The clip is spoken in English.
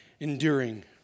enduring